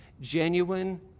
Genuine